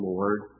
Lord